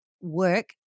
work